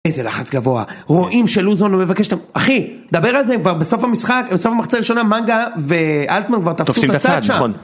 איזה לחץ גבוה, רואים שלוזון לא מבקש את ה... אחי, דבר על זה, הם כבר בסוף המשחק, בסוף המחצית הראשונה, מנגה ואלטמן כבר תופסים את הצד שם, נכון.